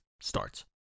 starts